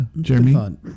Jeremy